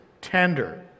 Tender